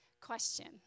Question